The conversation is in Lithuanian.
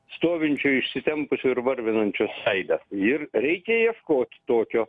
stovinčio įsitempusio ir varvinančio seiles ir reikia ieškot tokio